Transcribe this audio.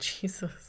Jesus